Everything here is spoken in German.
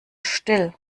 still